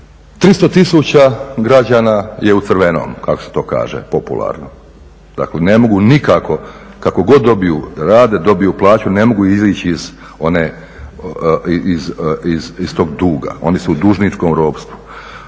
300 tisuća građana je u crvenom kako se to kaže, popularno. Dakle, ne mogu nikako kako god dobiju da rade, dobiju plaću, ne mogu izaći iz tog duga, oni su u dužničkom ropstvu.